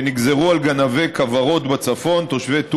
שנגזרו על גנבי כוורות בצפון, תושבי טובא-זנגרייה,